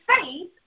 faith